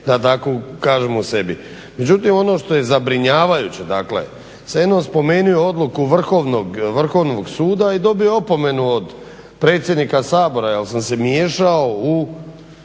da tako kažem u sebi, međutim ono što je zabrinjavajuće dakle ja sam jednom spomenuo odluku Vrhovnog suda i dobio opomenu od predsjednika Sabora jer sam se miješao u